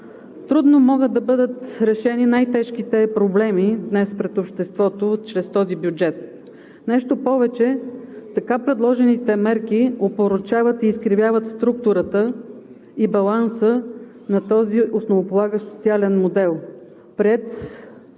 Трудно могат да бъдат решени най-тежките проблеми днес пред обществото чрез този бюджет. Нещо повече, така предложените мерки опорочават и изкривяват структурата и баланса на този основополагащ социален модел, приет с консенсус